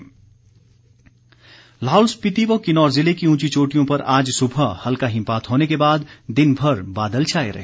मौसम लाहौल स्पीति व किन्नौर ज़िले की ऊंची चोटियों पर आज सुबह हल्का हिमपात होने के बाद दिनभर बादल छाए रहे